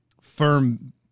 firm